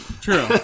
true